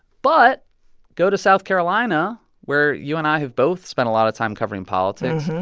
but go to south carolina, where you and i have both spent a lot of time covering politics,